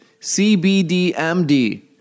CBDMD